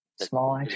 Small